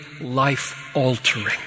life-altering